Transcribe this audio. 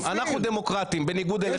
אבל אתם צריכים למשול לפי החוק אופיר,